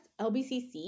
LBCC